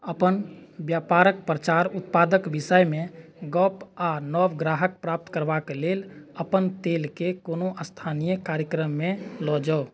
अपन व्यपारक प्रचार उत्पादक विषयमे गप आ नव ग्राहक प्राप्त करबाक लेल अपन तेलकेँ कोनो स्थानीय कार्यक्रममे लऽ जाउ